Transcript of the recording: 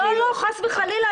חס וחלילה.